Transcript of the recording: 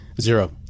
Zero